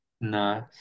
No